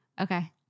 okay